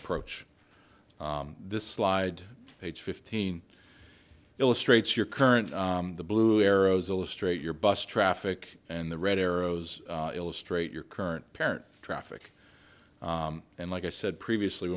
approach this slide age fifteen illustrates your current the blue arrows illustrate your bus traffic and the red arrows illustrate your current parent traffic and like i said previously